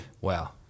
wow